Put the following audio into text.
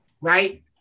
right